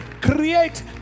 create